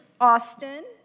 Austin